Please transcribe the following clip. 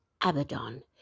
Abaddon